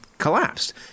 collapsed